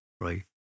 right